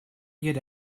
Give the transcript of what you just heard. get